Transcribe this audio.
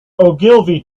ogilvy